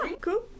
Cool